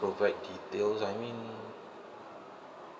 provide details I mean